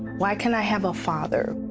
why can't i have a father.